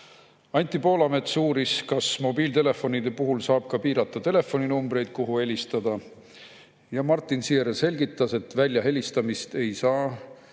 Anti Poolamets uuris, kas mobiiltelefonide puhul saab ka piirata telefoninumbreid, kuhu helistada. Martin Ziehr selgitas, et väljahelistamist saab